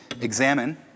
Examine